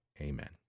Amen